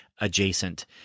adjacent